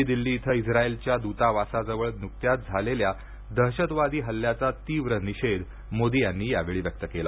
नवी दिल्ली इथं इस्त्राईलच्या दूतावासाजवळ नुकत्याच झालेल्या दहशतवादी हल्ल्याचा तीव्र निषेध मोदी यांनी यावेळी व्यक्त केला